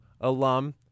alum